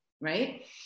right